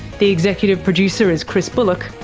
the executive producer is chris bullock,